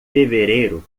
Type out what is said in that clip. fevereiro